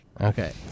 Okay